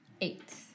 Eight